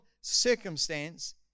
circumstance